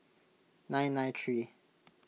nine nine three